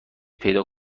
پیدا